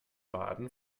baden